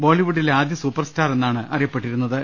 ബോളിവുഡിലെ ആദ്യ സൂപ്പർസ്റ്റാർ എന്നാണ് അറിയപ്പെട്ടിരുന്ന ത്